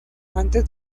antes